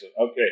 Okay